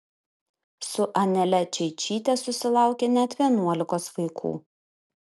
su anele čeičyte susilaukė net vienuolikos vaikų